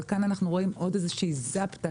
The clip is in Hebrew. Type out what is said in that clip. אבל כאן אנחנו רואים עוד איזושהי זאפטה,